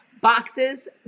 boxes